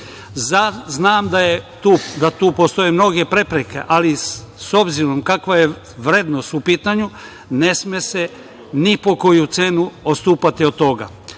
Znam da tu postoje mnoge prepreke, ali s obzirom kakva je vrednost u pitanju, ne sme se ni po koju cenu odstupati od